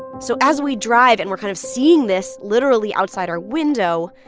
so as we drive and we're kind of seeing this literally outside our window,